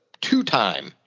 two-time